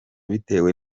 bitewe